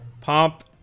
Pump